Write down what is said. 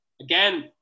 Again